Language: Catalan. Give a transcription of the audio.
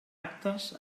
actes